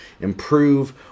improve